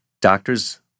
Doctors